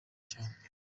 cyane